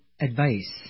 advice